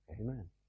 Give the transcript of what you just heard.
Amen